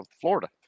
Florida